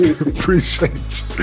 appreciate